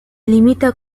limita